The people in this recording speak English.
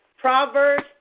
Proverbs